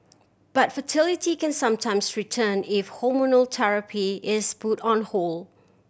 but fertility can sometimes return if hormonal therapy is put on hold